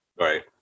right